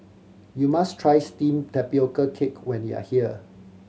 you must try steamed tapioca cake when you are here